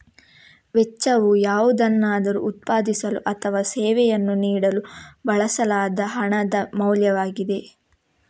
ವೆಚ್ಚವು ಯಾವುದನ್ನಾದರೂ ಉತ್ಪಾದಿಸಲು ಅಥವಾ ಸೇವೆಯನ್ನು ನೀಡಲು ಬಳಸಲಾದ ಹಣದ ಮೌಲ್ಯವಾಗಿದೆ